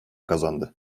kazandı